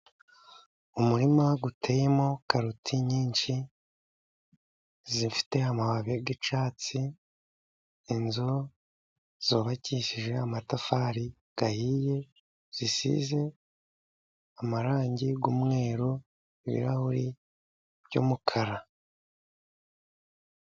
Umurima uteyemo karoti nyinshi zifite amababi y'icyatsi. Inzu zubakishije amatafari ahiye, zisize amarangi y'umweru, ibirahuri by'umukara.